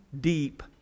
deep